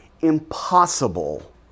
impossible